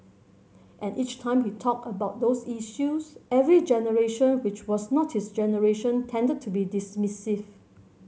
and each time he talked about those issues every generation which was not his generation tended to be dismissive